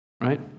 Right